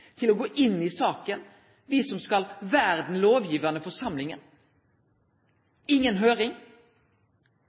til å gå inn i saka, me som skal vere den lovgivande forsamlinga – inga høyring!